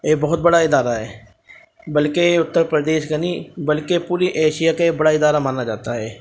یہ بہت بڑا ادارہ ہے بلکہ اتر پردیش کا نہیں بلکہ پوری ایشیا کا یہ بڑا ادارہ مانا جاتا ہے